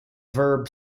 verb